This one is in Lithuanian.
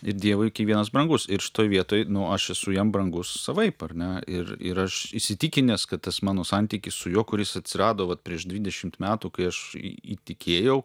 ir dievui kiekvienas brangus ir šitoj vietoj nu aš esu jam brangus savaip ar ne ir ir aš įsitikinęs kad tas mano santykis su juo kuris atsirado vat prieš dvidešimt metų kai aš į įtikėjau